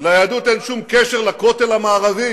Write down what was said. ליהדות אין שום קשר לכותל המערבי?